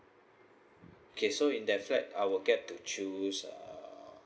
okay so in that flat I will get to choose uh